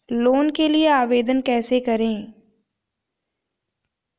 Loan के लिए आवेदन कैसे करें?